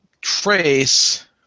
trace